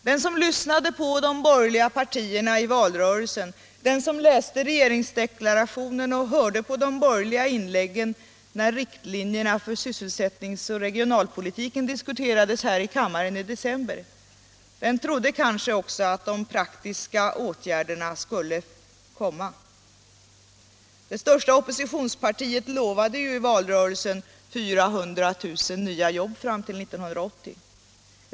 Den som lyssnade på de borgerliga partierna i valrörelsen, den som läste regeringsdeklarationen och hörde på de borgerliga inläggen när riktlinjerna för sysselsättnings och regionalpolitiken diskuterades här i kammaren i december trodde kanske att de praktiska åtgärderna skulle komma. Det största oppositionspartiet lovade i valrörelsen 400 000 nya jobb fram till 1980.